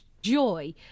Joy